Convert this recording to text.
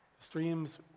Streams